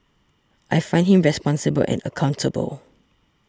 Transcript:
I find him responsible and accountable